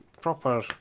proper